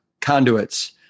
conduits